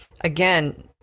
again